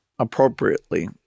appropriately